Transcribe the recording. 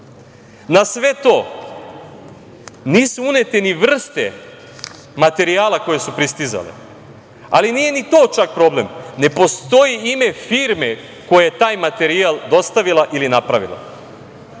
Na sve to nisu unete ni vrste materijala koje su pristizale, ali nije ni to čak problem, ne postoji ime firme koje je taj materijal dostavila ili napravila.